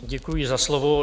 Děkuji za slovo.